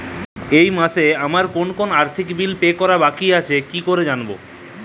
এই মাসে আমার কোন কোন আর্থিক বিল পে করা বাকী থেকে গেছে কীভাবে জানব?